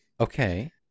Okay